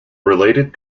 related